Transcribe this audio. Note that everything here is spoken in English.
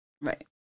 Right